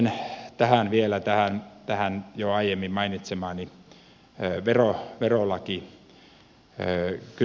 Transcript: sitten vielä tähän jo aiemmin mainitsemaani verolakikytkökseen